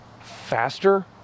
faster